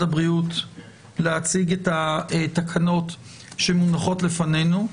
הבריאות להציג את התקנות שמונחות לפנינו.